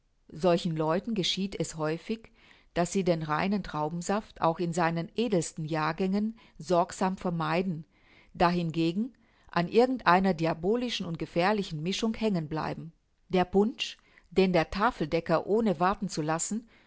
solchen leuten geschieht es häufig daß sie den reinen traubensaft auch in seinen edelsten jahrgängen sorgsam vermeiden dahingegen an irgend einer diabolischen und gefährlichen mischung hängen bleiben der punsch den der tafeldecker ohne warten zu lassen